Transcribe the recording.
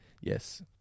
Yes